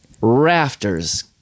rafters